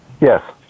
Yes